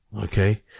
Okay